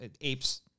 apes